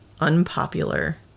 unpopular